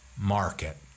market